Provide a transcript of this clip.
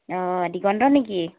অঁ দিগন্ত নেকি